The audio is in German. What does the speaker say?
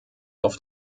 auf